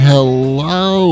Hello